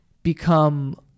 become